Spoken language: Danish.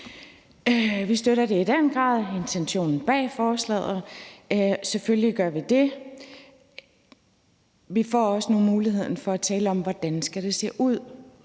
Vi støtter i den grad intentionen bag forslaget, selvfølgelig gør vi det, og vi får nu også mulighed for at tale om, hvordan det skal se ud.